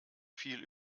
viel